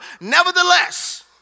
Nevertheless